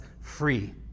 free